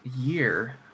Year